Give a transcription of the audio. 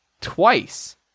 twice